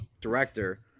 director